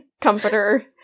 comforter